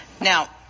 Now